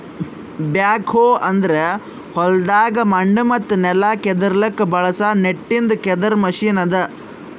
back ಹೋ ಅಂದುರ್ ಹೊಲ್ದಾಗ್ ಮಣ್ಣ ಮತ್ತ ನೆಲ ಕೆದುರ್ಲುಕ್ ಬಳಸ ನಟ್ಟಿಂದ್ ಕೆದರ್ ಮೆಷಿನ್ ಅದಾ